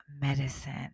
medicine